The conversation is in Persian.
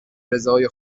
رضای